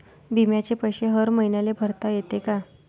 बिम्याचे पैसे हर मईन्याले भरता येते का?